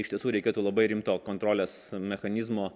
iš tiesų reikėtų labai rimto kontrolės mechanizmo